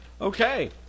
Okay